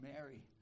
Mary